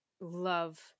love